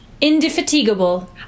Indefatigable